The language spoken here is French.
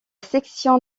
section